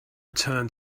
return